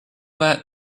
that